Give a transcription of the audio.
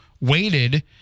waited